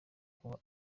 kuba